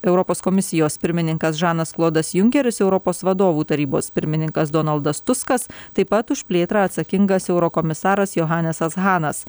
europos komisijos pirmininkas žanas klodas junkeris europos vadovų tarybos pirmininkas donaldas tuskas taip pat už plėtrą atsakingas eurokomisaras johanesas hanas